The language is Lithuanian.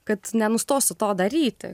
kad nenustosiu to daryti